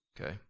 Okay